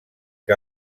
que